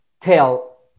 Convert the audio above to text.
tell